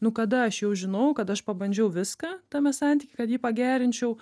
nu kada aš jau žinau kad aš pabandžiau viską tame santyky kad jį pagerinčiau